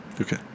Okay